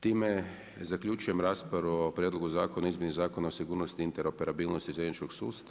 Time zaključujem raspravu o Prijedlogu zakona o izmjeni Zakona o sigurnosti i interoperabilnosti željezničkog sustava.